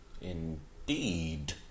indeed